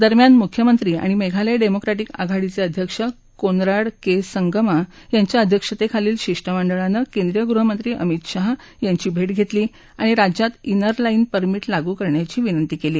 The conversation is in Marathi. दरम्यान मुख्यमंत्री आणि मेघालय डेमॉक्रेटिक आघाडीचे अध्यक्ष कोनराड के संगमा यांच्या अध्यक्षतेखालील शिष्टमंडळानं केंद्रीय गृहमंत्री अमित शाह यांची भेट घेतली आणि राज्यात उत्तर लाईन परमीट लागू करण्याची विनंती केली